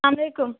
اَسلامُ عَلیکُم